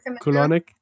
Colonic